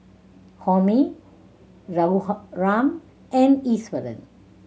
Homi Raghuram and Iswaran